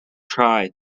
try